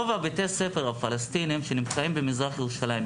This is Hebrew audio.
רוב בתי הספר הפלסטינים שנמצאים במזרח ירושלים,